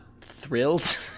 thrilled